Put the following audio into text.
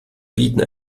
bieten